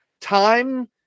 time